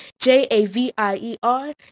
J-A-V-I-E-R